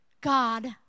God